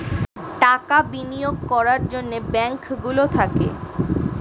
টাকা বিনিয়োগ করার জন্যে ব্যাঙ্ক গুলো থাকে